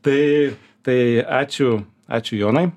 tai tai ačiū ačiū jonai